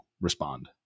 respond